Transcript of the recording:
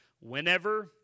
whenever